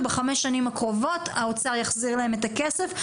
בחמש שנים הקרובות האוצר יחזיר להם את הכסף,